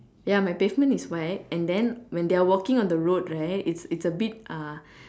ya my pavement is white and then when they are walking on the road right it's it's a bit uh